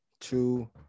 Two